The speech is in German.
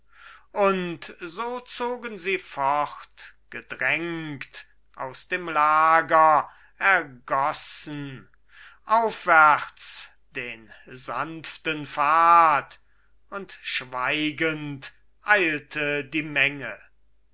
und so zogen sie fort gedrängt aus dem lager ergossen aufwärts den sanften pfad und schweigend eilte die menge